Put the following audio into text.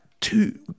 two